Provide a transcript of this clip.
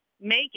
make